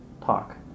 talk